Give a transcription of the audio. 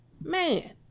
man